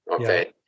Okay